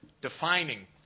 defining